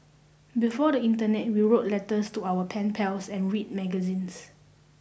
before the internet we wrote letters to our pen pals and read magazines